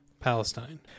palestine